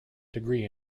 degree